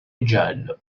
giallo